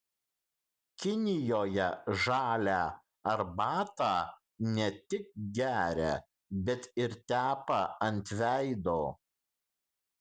kinijoje žalią arbatą ne tik geria bet ir tepa ant veido